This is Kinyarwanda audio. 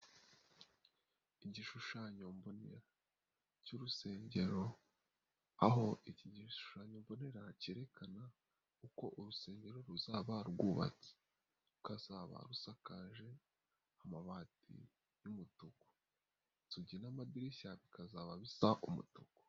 Igishushanyo mbonera cy'urusengero, aho iki gishushanyo mbonera cyerekana uko urusengero ruzabarwubatse, rukazaba rusakaje amabati y'umutuku inzuugi n'amadirishya bikazaba bisa umutuku.